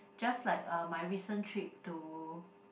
just like uh my recent trip to